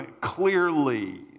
clearly